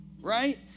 right